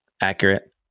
accurate